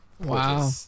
Wow